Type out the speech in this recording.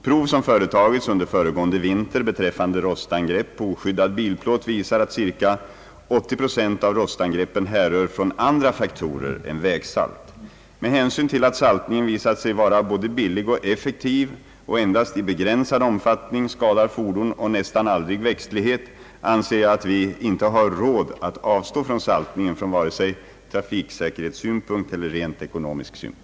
Prov som företagits under föregående vinter beträffande rostangrepp på oskyddad bilplåt visar att ca 80 7 av rostangreppen härrör från andra faktorer än vägsalt. Med hänsyn till att saltningen visat sig vara både billig och effektiv och endast i begränsad omfattning skadar fordon och nästan aldrig växtlighet, anser jag att vi inte har råd att avstå från saltningen från vare sig trafiksäkerhetssynpunkt eller rent ekonomisk synpunkt.